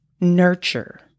nurture